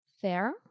Fair